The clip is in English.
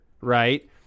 right